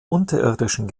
unterirdischen